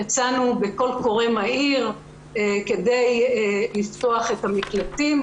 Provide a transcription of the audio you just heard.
יצאנו בקול קורא מהיר כדי לפתוח את המקלטים.